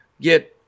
get